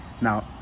now